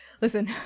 Listen